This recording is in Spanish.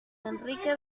enrique